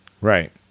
Right